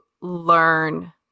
learn